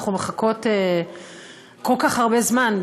אנחנו מחכות כל כך הרבה זמן,